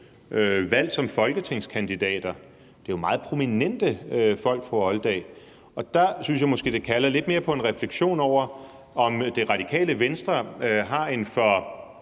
valgt som folketingskandidater. Det er jo meget prominente folk, vil jeg sige til fru Kathrine Olldag, og der synes jeg måske, det kalder lidt mere på en refleksion over, om Radikale Venstre har en for